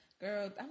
Girl